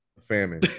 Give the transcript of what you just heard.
Famine